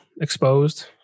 exposed